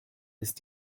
ist